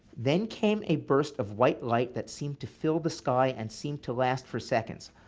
then came a burst of white light that seemed to fill the sky and seemed to last for seconds.